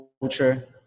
culture